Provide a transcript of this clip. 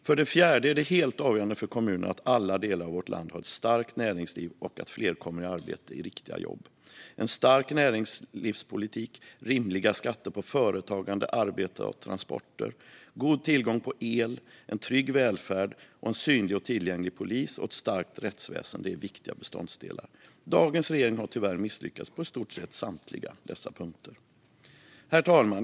För det fjärde är det helt avgörande för kommunerna att alla delar av vårt land har ett starkt näringsliv och att fler kommer i arbete i riktiga jobb. En stark näringslivspolitik, rimliga skatter på företagande, arbete och transporter, god tillgång på el, en trygg välfärd, synlig och tillgänglig polis och ett starkt rättsväsen är viktiga beståndsdelar. Dagens regering har tyvärr misslyckats på i stort sett samtliga dessa punkter. Herr talman!